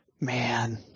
man